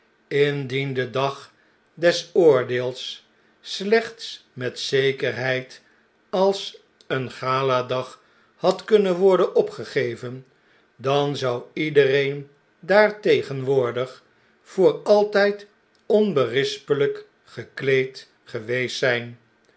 de dag des oordeels slechts met zekerheid als een galadag had kunnen worden opgegeven dan zouiedereen daar tegenwoordig voor altgd onberispeljjk gekleed geweest zgn